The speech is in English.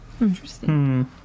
Interesting